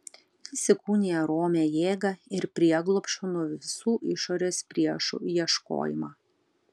jis įkūnija romią jėgą ir prieglobsčio nuo visų išorės priešų ieškojimą